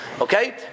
Okay